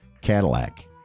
Cadillac